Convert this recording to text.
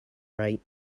right